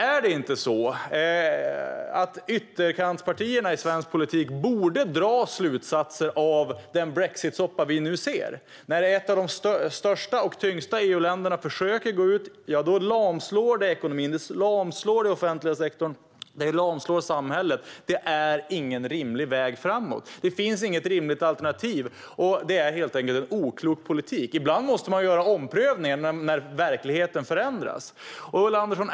Är det inte så att ytterkantspartierna i svensk politik borde dra slutsatser av den brexitsoppa vi nu ser? När ett av de största och tyngsta EU-länderna försöker gå ur EU lamslår det ekonomin, den offentliga sektorn och samhället. Det är ingen rimlig väg framåt. Det finns inget rimligt alternativ, och det är helt enkelt en oklok politik. Ibland måste man göra omprövningar när verkligheten förändras.